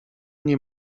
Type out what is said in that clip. nie